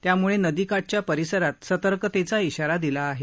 त्याम्ळे नदीकाठच्या परिसरात सतर्कतेचा इशारा दिला आहे